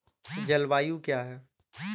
जलवायु क्या है?